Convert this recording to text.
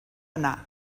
yna